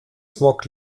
smog